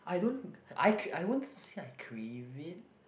I don't I ca~ won't say I crave it